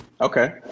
Okay